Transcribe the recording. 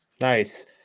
Nice